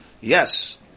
Yes